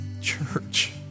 Church